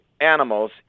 animals